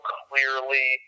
clearly